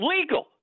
legal